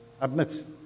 Admit